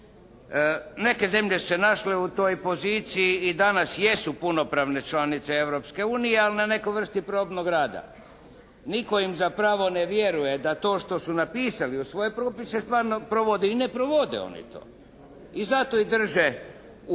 Neke zemlje su se našle u toj poziciji i danas jesu punopravne članice Europske unije ali na nekoj vrsti probnog rada. Nitko im zapravo ne vjeruje da to što su napisali u svoje propise stvarno provode i ne provode oni to. I zato ih drže u